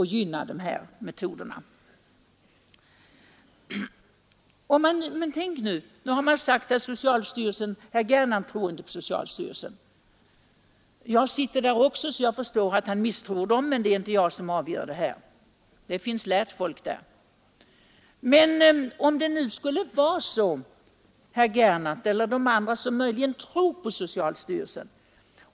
Herr Gernandt tror inte på socialstyrelsen, och eftersom jag själv sitter med där kan jag förstå att han inte gör det, men det är inte jag som avgör sådana här frågor. Det finns lärda människor där. Men hur är det med andra, som tror på socialstyrelsen?